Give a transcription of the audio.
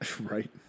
Right